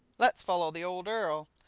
let's follow the old earl,